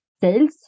sales